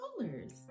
colors